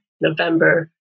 November